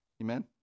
Amen